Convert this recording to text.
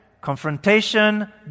confrontation